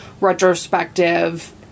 retrospective